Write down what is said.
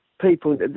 people